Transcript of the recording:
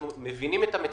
אנחנו מבינים את המצוקה.